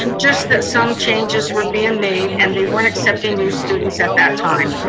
just that some changes were being made, and they weren't accepting new students at that time.